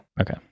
Okay